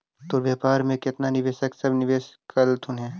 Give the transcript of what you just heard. तोर व्यापार में केतना निवेशक सब निवेश कयलथुन हे?